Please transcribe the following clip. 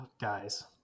Guys